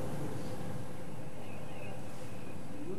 סעיף 10,